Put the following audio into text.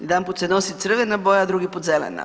Jedanput se nosi crvena boja, drugi put zelena.